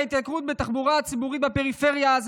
ההתייקרות בתחבורה הציבורית בפריפריה היא